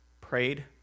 prayed